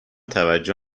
توجه